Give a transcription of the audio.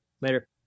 Later